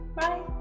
Bye